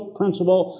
principle